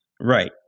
Right